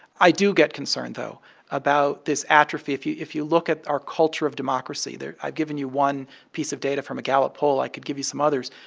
i do get concerned though about this atrophy if you if you look at our culture of democracy i've given you one piece of data from a gallup poll. i could give you some others.